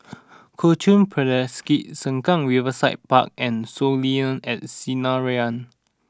Kuo Chuan Presbyterian Sengkang Riverside Park and Soleil at Sinaran